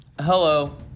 hello